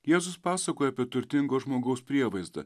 jėzus pasakojo apie turtingo žmogaus prievaizdą